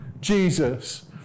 Jesus